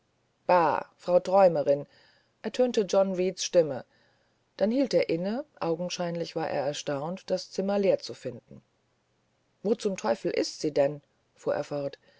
bah frau träumerin ertönte john reeds stimme dann hielt er inne augenscheinlich war er erstaunt das zimmer leer zu finden wo zum teufel ist sie denn fuhr